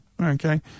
Okay